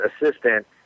assistant